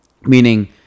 meaning